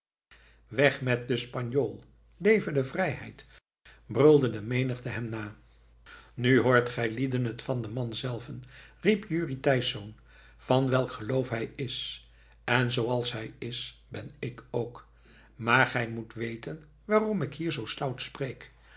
weg met den spanjool leve de vrijheid brulde de menigte hem na nu hoort gijlieden het van den man zelven riep jurrie thijsz van welk geloof hij is en zooals hij is ben ik ook maar gij moet weten waarom ik hier zoo stout spreek